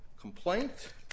complaint